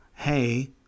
hey